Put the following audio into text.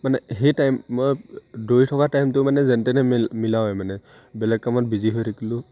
মানে সেই টাইম মই দৌৰি থকা টাইমটো মানে যেন তেনে মিলাওৱে মানে বেলেগ কামত বিজি হৈ থাকিলেও